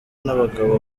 n’abagabo